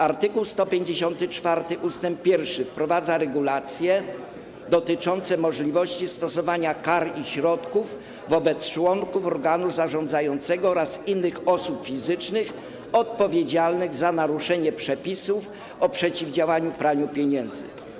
Art. 154 ust. 1 wprowadza regulacje dotyczące możliwości stosowania kar i środków wobec członków organu zarządzającego oraz innych osób fizycznych odpowiedzialnych za naruszenie przepisów o przeciwdziałaniu praniu pieniędzy.